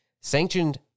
sanctioned